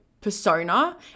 persona